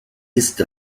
ist